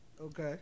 Okay